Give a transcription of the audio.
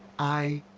i.